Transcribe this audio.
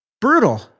Brutal